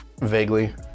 Vaguely